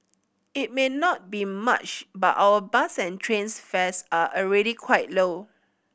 it may not be much but our bus and trains fares are already quite low